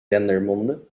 dendermonde